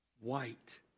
white